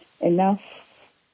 enough